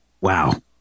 Wow